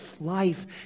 life